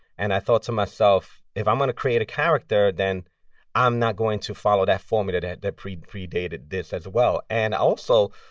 and i thought to myself, if i'm going to create a character, then i'm not going to follow that formula that predated predated this, as well and also,